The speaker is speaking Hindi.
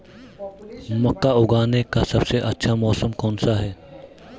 मक्का उगाने का सबसे अच्छा मौसम कौनसा है?